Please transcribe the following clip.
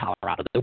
Colorado